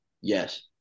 Yes